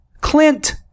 clint